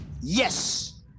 Yes